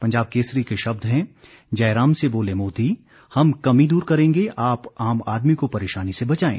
पंजाब केसरी के शब्द हैं जयराम से बोले मोदी हम कमी दूर करेंगे आप आम आदमी को परेशानी से बचाये